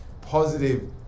positive